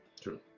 True